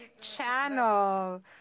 Channel